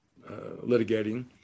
litigating